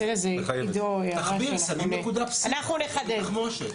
אנחנו נחדד.